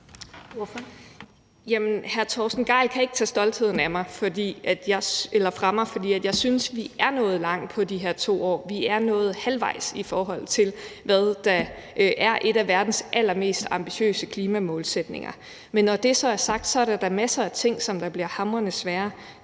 (S): Jamen hr. Torsten Gejl kan ikke tage stoltheden fra mig, for jeg synes, at vi er nået langt på de her 2 år. Vi er nået halvvejs, i forhold til hvad der er en af verdens allermest ambitiøse klimamålsætninger. Men når det så er sagt, er der da masser af ting, som bliver hamrende svære.